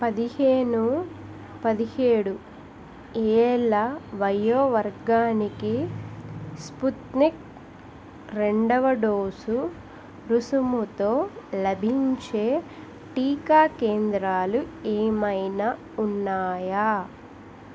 పదిహేను పదిహేడు ఏళ్ల వయో వర్గానికి స్పుత్నిక్ రెండవ డోసు రుసుముతో లభించే టీకా కేంద్రాలు ఏమైనా ఉన్నాయా